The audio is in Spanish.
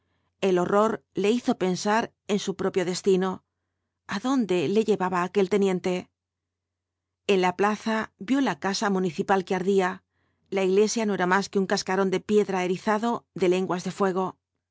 el horror le hizo pensar en su propio destino adonde le llevaba aquel teniente en la plaza vio la casa municipal que ardía la iglesia no era mas que un cascarón de piedra erizado de lenguas de fuego